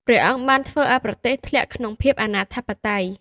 ព្រះអង្គបានធ្វើឱ្យប្រទេសធ្លាក់ក្នុងភាពអនាធិបតេយ្យ។